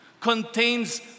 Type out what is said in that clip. contains